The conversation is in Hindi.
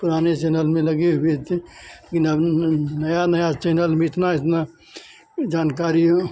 पुराने चेनल में लगे हुए थे किन अब नया नया चैनल में इतना जानकारी ओह